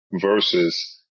versus